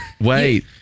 Wait